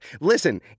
Listen